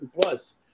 Plus